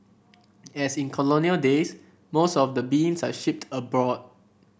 as in colonial days most of the beans are shipped abroad